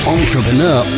entrepreneur